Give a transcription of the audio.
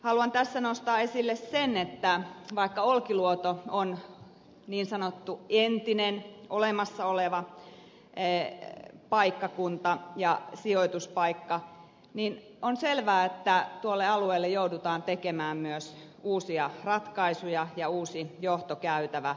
haluan tässä nostaa esille sen että vaikka olkiluoto on niin sanottu entinen olemassa oleva paikkakunta ja sijoituspaikka on selvää että tuolle alueelle joudutaan tekemään myös uusia ratkaisuja ja uusi johtokäytävä